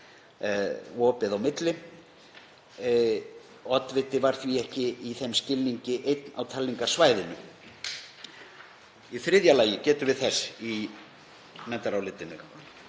— opið á milli. Oddviti var því ekki í þeim skilningi einn á talningarsvæðinu. Í þriðja lagi getum við þess í nefndarálitinu